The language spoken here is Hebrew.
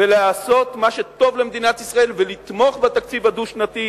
ולעשות מה שטוב למדינת ישראל ולתמוך בתקציב הדו-שנתי